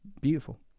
beautiful